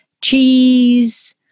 cheese